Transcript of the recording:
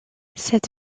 cette